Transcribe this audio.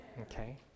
Okay